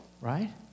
Right